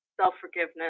self-forgiveness